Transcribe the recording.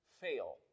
fail